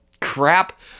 crap